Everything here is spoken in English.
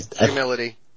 Humility